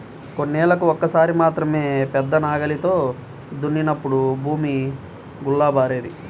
కొన్నేళ్ళకు ఒక్కసారి మాత్రమే పెద్ద నాగలితో దున్నినప్పుడు భూమి గుల్లబారేది